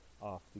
off